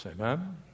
Amen